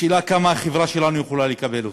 השאלה היא כמה החברה שלנו יכולה לקבל אותם.